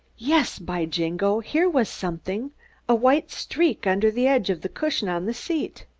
yes, by jingo, here was something a white streak under the edge of the cushion on the seat!